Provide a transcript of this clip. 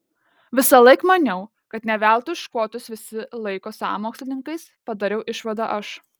visąlaik maniau kad ne veltui škotus visi laiko sąmokslininkais padariau išvadą aš